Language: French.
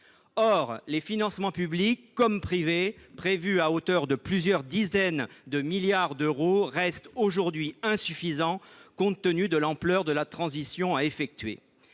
Or les financements publics et privés, prévus à hauteur de plusieurs dizaines de milliards d’euros, restent insuffisants au regard de l’ampleur de la transition à effectuer.